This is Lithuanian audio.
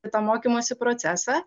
į tą mokymosi procesą